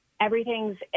Everything's